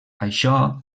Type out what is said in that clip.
això